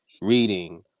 reading